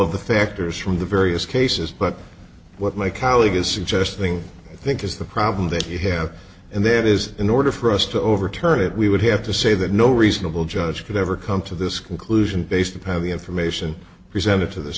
of the factors from the various cases but what my colleague is suggesting i think is the problem that we have and there is in order for us to overturn it we would have to say that no reasonable judge could ever come to this conclusion based upon the information presented to th